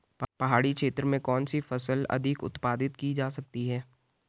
पहाड़ी क्षेत्र में कौन सी फसल अधिक उत्पादित की जा सकती है?